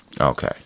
Okay